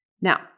Now